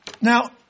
Now